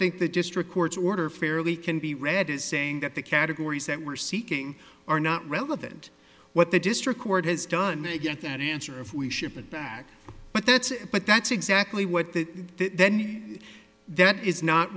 think the district court's order fairly can be read as saying that the categories that we're seeking are not relevant what the district court has done they get that answer if we ship it back but that's but that's exactly what the that is not